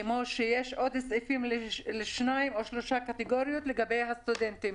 כמו שיש עוד סעיפים לשתיים או שלוש קטגוריות לגבי הסטודנטים.